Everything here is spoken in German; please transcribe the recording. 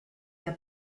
der